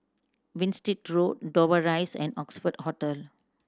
Winstedt Road Dover Rise and Oxford Hotel